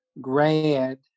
grad